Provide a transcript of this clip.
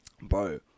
Bro